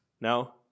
No